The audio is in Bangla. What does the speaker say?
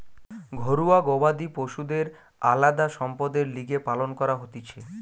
ঘরুয়া গবাদি পশুদের আলদা সম্পদের লিগে পালন করা হতিছে